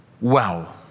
Wow